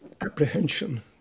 apprehension